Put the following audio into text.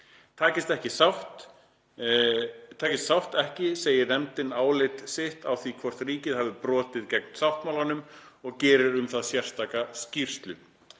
sem í hlut á. Takist sátt ekki segir nefndin álit sitt á því hvort ríkið hafi brotið gegn sáttmálanum og gerir um það sérstaka skýrslu.